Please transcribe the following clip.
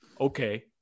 Okay